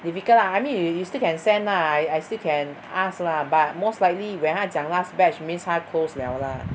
difficult lah I mean yo~ you still can send lah I I still can ask lah but most likely where 他讲 last batch means 他 close liao lah